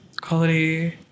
Quality